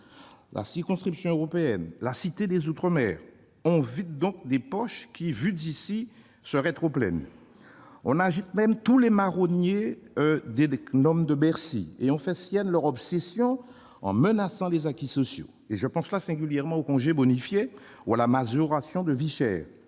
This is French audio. la circonscription européenne, la Cité des outre-mer. On vide donc des poches qui, vu d'ici, seraient trop pleines. On agite même tous les marronniers des gnomes de Bercy et on fait siennes leurs obsessions en menaçant les acquis sociaux : là, je pense singulièrement aux congés bonifiés ou à la majoration de vie chère.